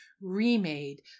remade